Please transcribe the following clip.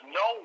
no